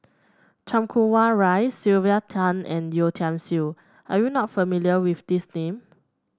Chan Kum Wah Roy Sylvia Tan and Yeo Tiam Siew are you not familiar with these name